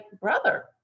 brother